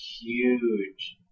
huge